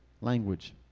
language